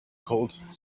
called